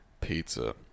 Pizza